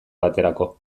baterako